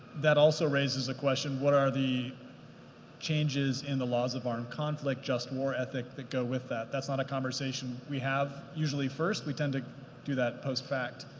that also raises the question. what are the changes in the laws of armed conflict? just war ethic that go with that? that's not a conversation we have, usually, first. we tend to do that post fact.